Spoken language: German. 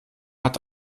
hat